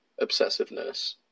obsessiveness